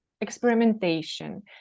experimentation